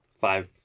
five